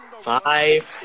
five